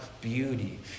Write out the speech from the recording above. beauty